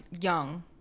young